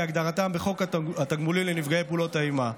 כהגדרתם בחוק התגמולים לנפגעי פעולות האיבה".